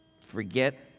Forget